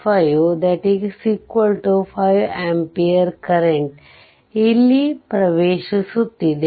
5 5 ampere current ಇಲ್ಲಿ ಪ್ರವೇಶಿಸುತ್ತಿದೆ